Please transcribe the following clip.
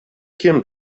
kim